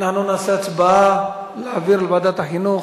אנחנו נעשה הצבעה על העברה לוועדת החינוך.